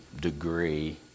degree